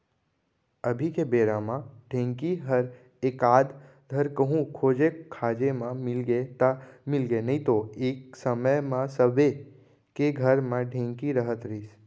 अभी के बेरा म ढेंकी हर एकाध धर कहूँ खोजे खाजे म मिलगे त मिलगे नइतो एक समे म सबे के घर म ढेंकी रहत रहिस